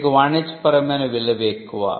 వీటికి వాణిజ్యపరమైన విలువ ఎక్కువ